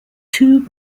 two